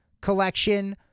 collection